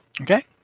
Okay